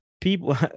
people